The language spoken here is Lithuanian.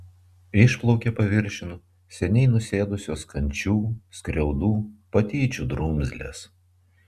išplaukė paviršiun seniai nusėdusios kančių skriaudų patyčių drumzlės